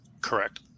Correct